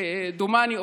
דומני,